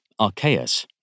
Archaeus